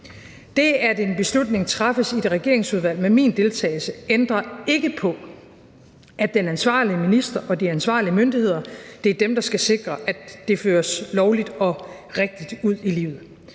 Det, at en beslutning træffes i et regeringsudvalg med min deltagelse, ændrer ikke på, at det er den ansvarlige minister og de ansvarlige myndigheder, der skal sikre, at det føres lovligt og rigtigt ud i livet.